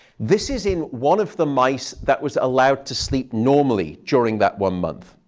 this is in one of the mice that was allowed to sleep normally during that one month.